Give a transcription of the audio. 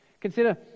Consider